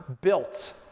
built